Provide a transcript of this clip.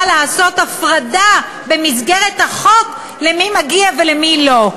בא לעשות הפרדה במסגרת החוק למי מגיע ולמי לא,